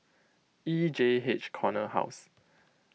E J H Corner House